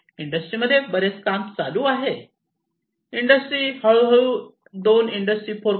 इंडस्ट्रीमध्ये बरेच काम चालू आहे इंडस्ट्री हळूहळू दोन इंडस्ट्री 4